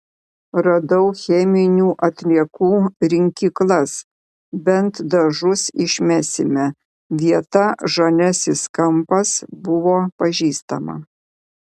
radau cheminių atliekų rinkyklas bent dažus išmesime vieta žaliasis kampas buvo pažįstama